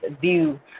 View